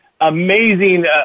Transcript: amazing